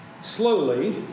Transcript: slowly